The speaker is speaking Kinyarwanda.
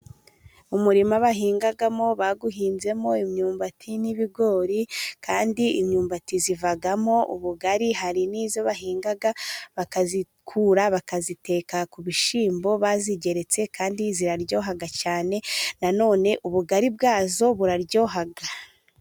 Umurima bahingamo , bawuhinzemo imyumbati n'ibigori , kandi imyumbati ivamo ubugari hari n'iyo bahinga , bakayikura , bakayiteka ku bishyimbo bayigeretse kandi iraryoha cyane na none ubugari bwayo buraryoha.